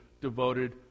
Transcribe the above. devoted